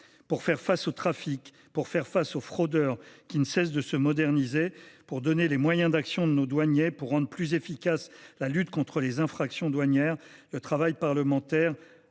Pour faire face aux trafics et aux fraudeurs qui ne cessent de se moderniser, pour donner des moyens d’action à nos douaniers, pour rendre plus efficace la lutte contre les infractions douanières, le travail parlementaire